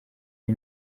iyi